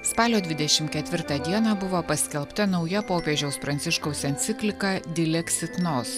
spalio dvidešimt ketvirtą dieną buvo paskelbta nauja popiežiaus pranciškaus enciplika dilexit nors